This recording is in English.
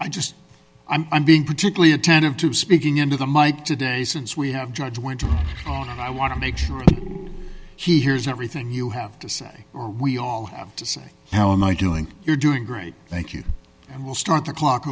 i just i'm being particularly attentive to speaking into the mike today since we have judge went on and i want to make sure he hears everything you have to say or we all have to say how am i doing you're doing great thank you and we'll start the clock